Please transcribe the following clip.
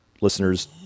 listeners